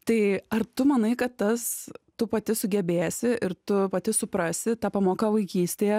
tai ar tu manai kad tas tu pati sugebėsi ir tu pati suprasi ta pamoka vaikystėje